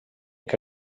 que